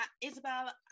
isabel